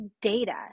data